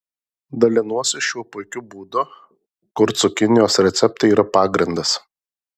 dalinuosi šiuo puikiu būdu kur cukinijos recepte yra pagrindas